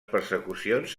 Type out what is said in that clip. persecucions